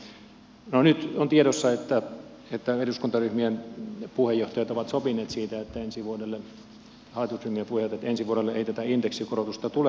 no nyt on tiedossa että eduskuntaryhmien puheenjohtajat ja hallitusryhmät ovat sopineet siitä että ensi vuodelle ei tätä indeksikorotusta tule